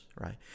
right